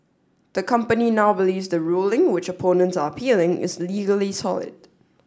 the company now believes the ruling which opponents are appealing is legally solid